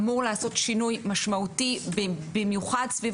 אמור לעשות שינוי משמעותי במיוחד סביב